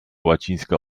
łacińska